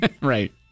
Right